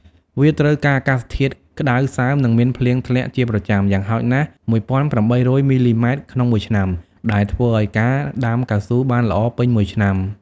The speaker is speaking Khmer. វាត្រូវការអាកាសធាតុក្តៅសើម និងមានភ្លៀងធ្លាក់ជាប្រចាំ យ៉ាងហោចណាស់ ១៨០០ មិល្លីម៉ែត្រក្នុងមួយឆ្នាំ ដែលធ្វើឲ្យការដាំកៅស៊ូបានល្អពេញមួយឆ្នាំ។